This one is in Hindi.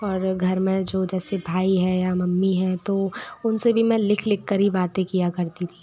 और घर में जो जैसे भाई है या मम्मी है तो उन से भी मैं लिख लिख कर ही बातें किया करती थी